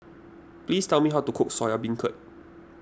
please tell me how to cook Soya Beancurd